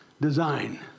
design